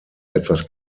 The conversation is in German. etwas